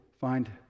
find